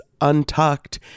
Untucked